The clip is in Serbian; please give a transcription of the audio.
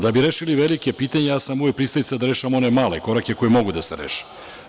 Da bismo rešili velika pitanja, ja sam uvek pristalica da rešavamo one male korake koji mogu da se reše.